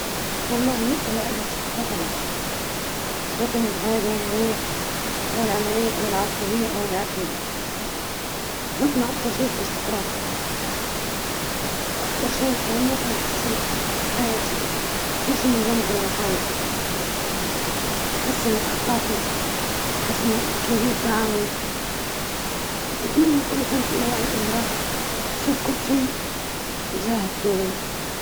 أتمنى أن أكون قد حققت بعض الإنجازات في مهنتي وفي حياتي الشخصية، وأيضًا أتمنى أن أكون قد سافرت إلى أماكن جديدة واكتسبت المزيد من الخبرات.